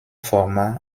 format